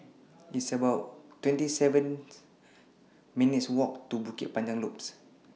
It's about twenty seven minutes' Walk to Bukit Panjang Loop